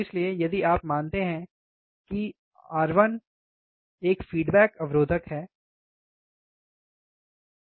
इसलिए यदि आप मानते हैं कि R R1 है तो एक फ़ीडबैक अवरोधक R2 है